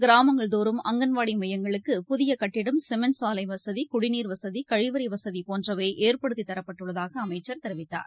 கிராமங்கள் தோறும் அங்கன்வாடிமையங்களுக்கு புதியகட்டடம் சிமெண்ட் சாலைவசதி குடிநீர் வசதி கழிவறைவசதிபோன்றவைஏற்படுத்திதரப்பட்டுள்ளதாகஅமைச்சர் தெரிவித்தார்